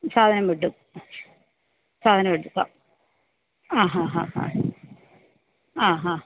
സാധനം കിട്ടും സാധനം എഴുതുക ആ ഹാ ഹാ ഹാ ആ ഹാ